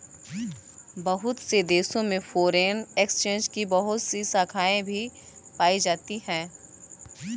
बहुत से देशों में फ़ोरेन एक्सचेंज की बहुत सी शाखायें भी पाई जाती हैं